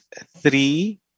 three